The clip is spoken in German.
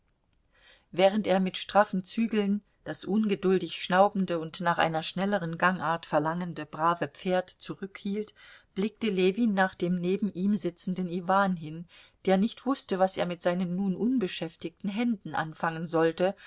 während er mit straffen zügeln das ungeduldig schnaubende und nach einer schnelleren gangart verlangende brave pferd zurückhielt blickte ljewin nach dem neben ihm sitzenden iwan hin der nicht wußte was er mit seinen nun unbeschäftigten händen anfangen sollte